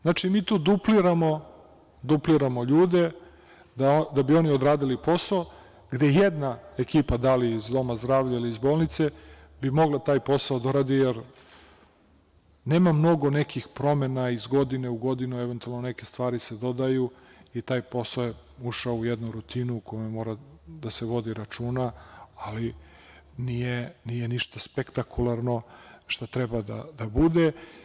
Znači, mi tu dupliramo ljude da bi oni odradili posao, gde jedna ekipa da li iz doma zdravlja ili iz bolnice bi mogla taj posao da uradi jer nema mnogo nekih promena iz godine u godinu, eventualno neke stvari se dodaju i taj posao je ušao u jednu rutinu u kome mora da se vodi računa, ali nije ništa spektakularno što treba da bude.